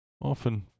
often